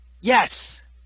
Yes